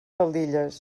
faldilles